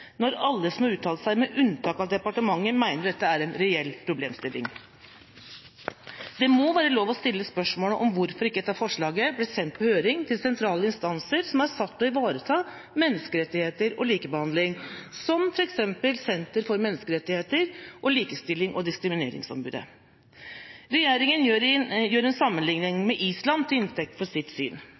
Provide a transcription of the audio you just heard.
når alle som har uttalt seg, med unntak av departementet, mener dette er en reell problemstilling. Det må være lov å stille spørsmål om om hvorfor ikke dette forslaget ble sendt på høring til sentrale instanser som er satt til å ivareta menneskerettigheter og likebehandling, som f.eks. Senter for menneskerettigheter og Likestillings- og diskrimineringsombudet. Regjeringa tar en sammenligning med Island til inntekt for sitt syn.